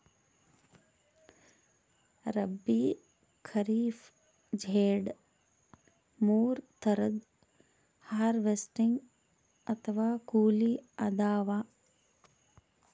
ರಬ್ಬೀ, ಖರೀಫ್, ಝೆಡ್ ಮೂರ್ ಥರದ್ ಹಾರ್ವೆಸ್ಟಿಂಗ್ ಅಥವಾ ಕೊಯ್ಲಿ ಅದಾವ